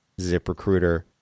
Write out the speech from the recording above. ZipRecruiter